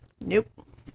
Nope